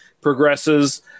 progresses